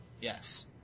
yes